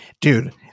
dude